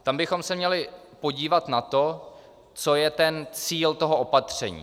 Tam bychom se měli podívat na to, co je cílem toho opatření.